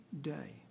day